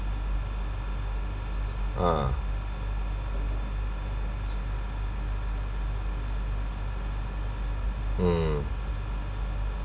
uh mm